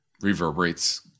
reverberates